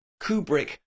Kubrick